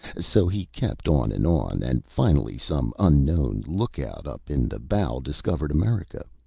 so he kept on and on, and finally some unknown lookout up in the bow discovered america.